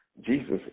Jesus